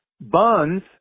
Buns